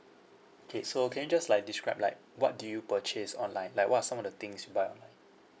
okay so can you just like describe like what do you purchase online like what are some of the things you buy online